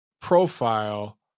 profile